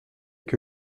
que